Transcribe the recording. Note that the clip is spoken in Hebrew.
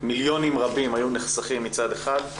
מיליונים רבים מצד אחד,